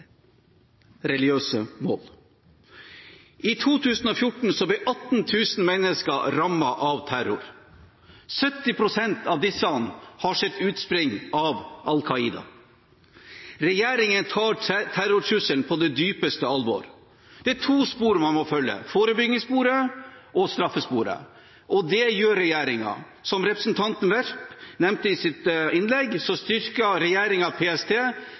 religiøse mål. I 2014 ble 18 000 mennesker rammet av terror. 70 pst. av disse har sitt utspring i Al Qaida. Regjeringen tar terrortrusselen på det dypeste alvor. Det er to spor man må følge: forebyggingssporet og straffesporet. Og det gjør regjeringen. Som representanten Werp nevnte i sitt innlegg, styrker regjeringen PST